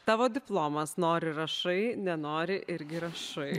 tavo diplomas nori rašai nenori irgi rašai